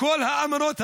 לכל האמנות הבין-לאומיות.